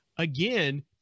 Again